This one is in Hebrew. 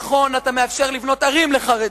נכון, אתה מאפשר לבנות ערים לחרדים,